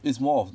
it's more of